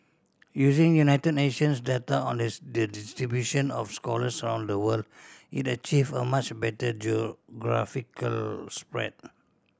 using United Nations data on the distribution of scholars around the world it achieve a much better geographical spread